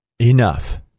enough